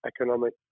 economic